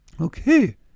Okay